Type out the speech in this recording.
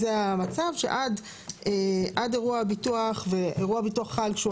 המצב הוא שעד אירוע הביטוח ואירוע הביטוח חלק כשהוא